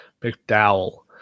McDowell